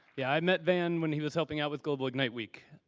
yeah i met van when he was helping out with globaal ignite week.